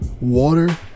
water